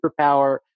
superpower